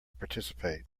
participate